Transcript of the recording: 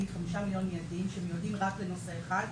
5 מיליון מידיים שמיועדים רק לנושא אחד,